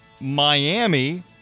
Miami